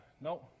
No